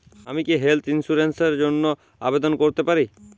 আমি কি health insurance র জন্য আবেদন করতে পারি?